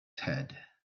ted